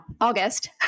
August